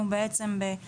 בעצם בשבוע,